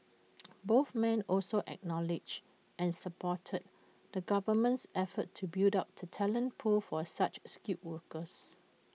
both men also acknowledged and supported the government's efforts to build up the talent pool for such skilled workers